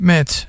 Met